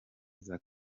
isaac